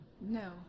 No